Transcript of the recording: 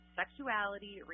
sexuality